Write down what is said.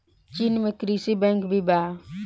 चीन में कृषि बैंक भी बा